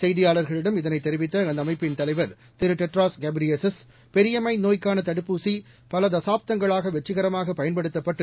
செய்தியாளர்களிடம் இதனைத் தெரிவித்த அந்த அமைப்பிள் தலைவர் திரு டெட்ராஸ் கெட்ரியேசஸ் பெரியம்மை நோய்க்கான தடுப்பூசி பல தசாப்தங்களாக வெற்றிகரமாக பயன்படுத்தப்பட்டு